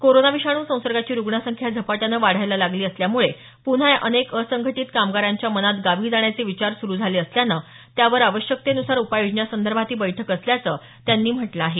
corona विषाणू संसर्गाची रुग्ण संख्या झपाट्यानं वाढायला लागली असल्यामुळे पुन्हा अनेक असंघटित कामगारांच्या मनात गावी जाण्याचे विचार सुरू झाले असल्यानं त्यावर आवश्यकतेनुसार उपाय योजन्यासंदर्भात ही बैठक असल्याचं त्यांनी म्हटलं आहे